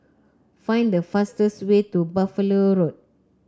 find the fastest way to Buffalo Road